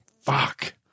fuck